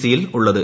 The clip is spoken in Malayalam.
സിയിൽ ഉള്ളത്